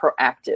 proactive